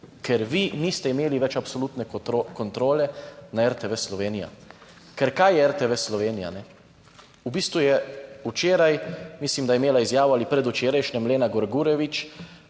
ker vi niste imeli več absolutne kontrole na RTV Slovenija. Ker kaj je RTV Slovenija, kajne? V bistvu je včeraj, mislim, da je imela izjavo, ali predvčerajšnjim, Lena Grgurevič,